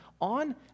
on